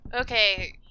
Okay